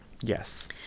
Yes